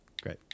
great